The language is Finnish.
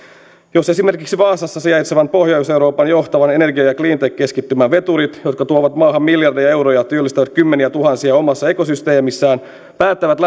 jos esimerkiksi vaasassa sijaitsevan pohjois euroopan johtavan energia ja ja cleantech keskittymän veturit jotka tuovat maahan miljardeja euroja ja työllistävät kymmeniätuhansia omassa ekosysteemissään päättävät